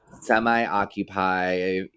semi-occupy